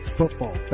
football